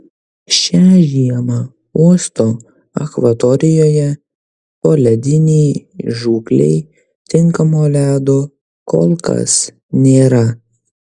šią žiemą uosto akvatorijoje poledinei žūklei tinkamo ledo kol kas nėra